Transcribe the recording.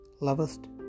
lovest